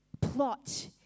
plot